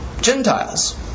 Gentiles